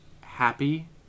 Happy